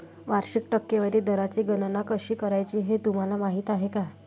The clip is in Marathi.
वार्षिक टक्केवारी दराची गणना कशी करायची हे तुम्हाला माहिती आहे का?